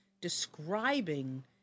describing